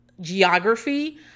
geography